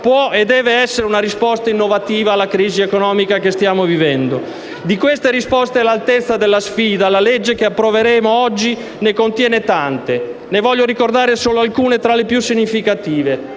può e deve essere una risposta innovativa alla crisi economica che stiamo vivendo. Di queste risposte all'altezza della sfida, la legge che approveremo oggi ne contiene tante. Ne voglio ricordare solo alcune tra le più significative.